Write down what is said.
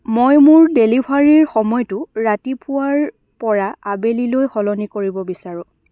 মই মোৰ ডেলিভাৰীৰ সময়টো ৰাতিপুৱাৰ পৰা আবেলিলৈ সলনি কৰিব বিচাৰোঁ